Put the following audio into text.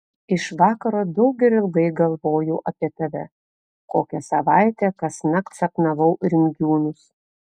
iš vakaro daug ir ilgai galvojau apie tave kokią savaitę kasnakt sapnavau rimdžiūnus